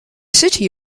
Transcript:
city